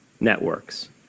networks